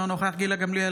אינו נוכח גילה גמליאל,